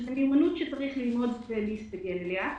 שזו מיומנות שצריך ללמוד ולהסתגל אליה.